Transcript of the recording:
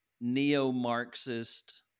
neo-Marxist